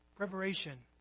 Preparation